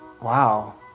Wow